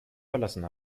verlassen